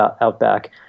outback